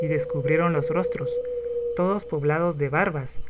y descubrieron los rostros todos poblados de barbas